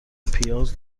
پیاز